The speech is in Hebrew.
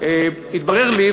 התברר לי,